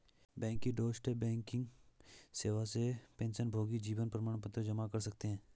bank की doorstep banking सेवा से पेंशनभोगी जीवन प्रमाण पत्र जमा कर सकते हैं